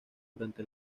durante